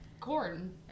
corn